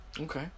Okay